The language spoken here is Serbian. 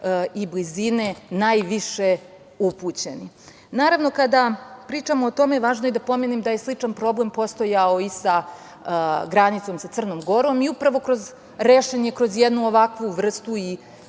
i blizine najviše upućeni. Naravno, kada pričamo o tome, važno je da pomenem da je sličan problem postojao i sa granicom sa Crnom Gorom i upravo je rešen kroz jednu ovakvu vrstu